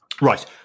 Right